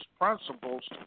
principles